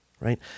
right